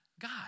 God